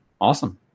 awesome